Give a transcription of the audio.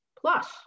Plus